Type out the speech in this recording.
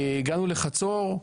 הגענו לחצור.